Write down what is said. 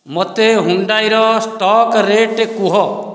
ମୋତେ ହୁଣ୍ଡାଇର stock rate କୁହ